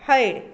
had